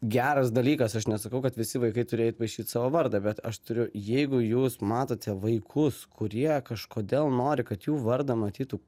geras dalykas aš nesakau kad visi vaikai turi eit paišyt savo vardą bet aš turiu jeigu jūs matote vaikus kurie kažkodėl nori kad jų vardą matytų